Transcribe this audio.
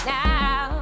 now